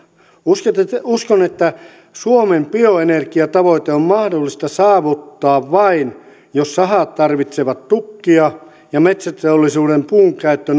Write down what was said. tulee päätehakkuista uskon että suomen bioenergiatavoite on mahdollista saavuttaa vain jos sahat tarvitsevat tukkeja ja metsäteollisuuden puunkäyttö